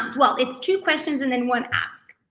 well, it's two questions and then one ask.